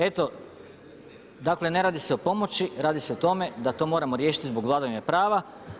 Eto dakle ne radi se o pomoći, radi se o tome da to moramo riješiti zbog vladavine prava.